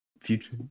future